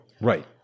Right